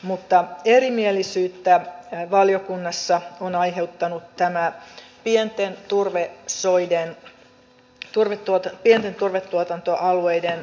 mutta erimielisyyttä valiokunnassa on aiheuttanut tämä pienten turvesoiden pienten turvetuotantoalueiden